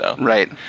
Right